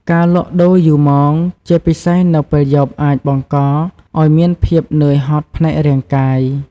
ការលក់ដូរយូរម៉ោង ជាពិសេសនៅពេលយប់ អាចបង្កឱ្យមានភាពនឿយហត់ផ្នែករាងកាយ។